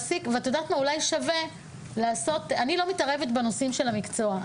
אני לא מתערבת בנושאים של המקצוע,